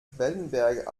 wellenberg